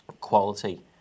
quality